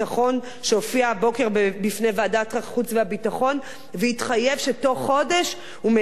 שהופיע הבוקר בפני ועדת החוץ והביטחון והתחייב שתוך חודש הוא מניח הצעה.